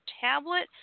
tablet